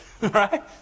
Right